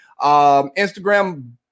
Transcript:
Instagram